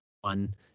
one